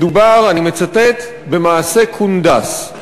אני מצטט: מדובר במעשה קונדס.